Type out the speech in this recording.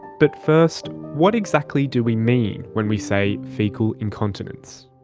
but first, what exactly do we mean when we say faecal incontinence?